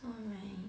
alright